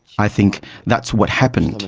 i think that's what happened,